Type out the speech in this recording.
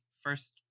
first